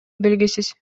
белгисиз